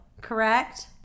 correct